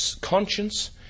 conscience